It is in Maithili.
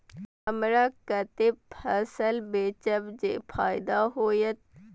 हमरा कते फसल बेचब जे फायदा होयत?